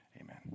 Amen